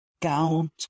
count